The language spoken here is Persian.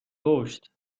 کشت